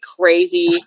crazy